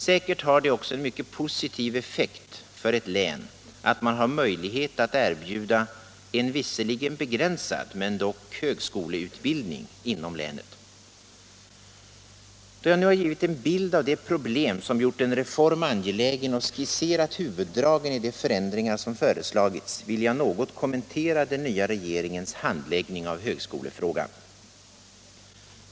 Säkert har det också en mycket positiv effekt för ett län att man har möjlighet att erbjuda en visserligen begränsad men dock högskoleutbildning inom länet. Då jag nu givit en bild av de problem som gjort en reform angelägen och skisserat huvuddragen i de förändringar som föreslagits, vill jag något kommentera den nya regeringens handläggning av högskolefrågan.